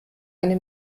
eine